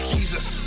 Jesus